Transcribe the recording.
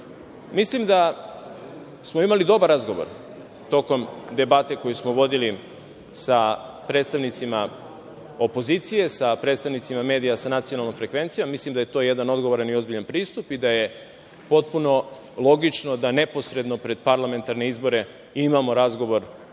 pomoći. Mislim da smo imali dobar razgovor tokom debate koju smo vodili sa predstavnicima opozicije, sa predstavnicima medija sa nacionalnom frekvencijom i mislim da je to jedan odgovoran i ozbiljan pristup i da je potpuno logično da neposredno pred parlamentarne izbore imamo razgovor